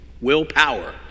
willpower